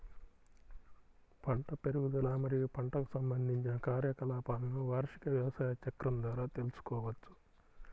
పంట పెరుగుదల మరియు పంటకు సంబంధించిన కార్యకలాపాలను వార్షిక వ్యవసాయ చక్రం ద్వారా తెల్సుకోవచ్చు